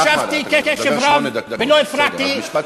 הקשבתי קשב רב ולא הפרעתי, בסדר, אז משפט סיום.